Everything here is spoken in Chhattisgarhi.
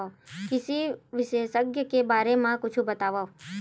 कृषि विशेषज्ञ के बारे मा कुछु बतावव?